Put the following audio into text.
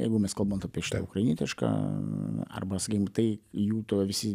jeigu mes kalbant apie šitą ukrainietišką arba skim jų to visi